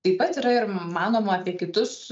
taip pat yra ir manoma apie kitus